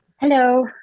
Hello